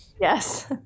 yes